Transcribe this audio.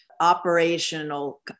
Operational